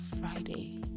Friday